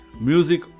Music